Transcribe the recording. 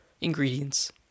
ingredients